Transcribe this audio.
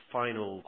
final